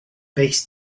bass